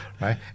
right